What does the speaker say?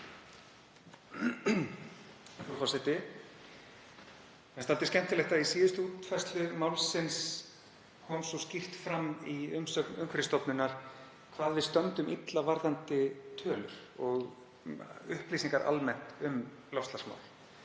Það er dálítið skemmtilegt að í síðustu útfærslu málsins kom svo skýrt fram í umsögn Umhverfisstofnunar hvað við stöndum illa varðandi tölur og upplýsingar almennt um loftslagsmál